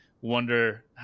wonder